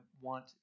want